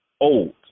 old